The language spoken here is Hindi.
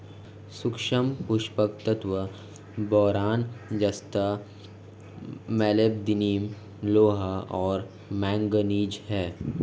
सूक्ष्म पोषक तत्व बोरान जस्ता मोलिब्डेनम लोहा और मैंगनीज हैं